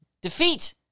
defeat